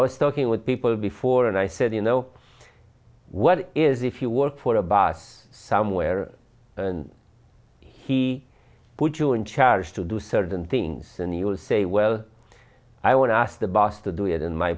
was talking with people before and i said you know what is if you work for a boss somewhere and he put you in charge to do certain things and he will say well i want to ask the boss to do it in my